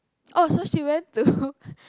oh so she went to